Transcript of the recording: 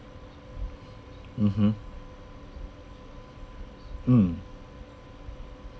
mmhmm mm